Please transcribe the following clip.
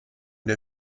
der